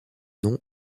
nom